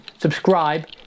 subscribe